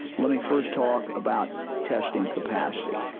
let me first talk about testing capacity.